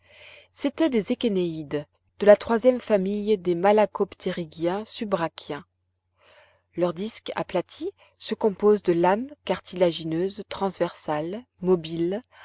c'étaient des échénéïdes de la troisième famille des malacoptérygiens subbrachiens leur disque aplati se compose de lames cartilagineuses transversales mobiles